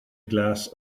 glass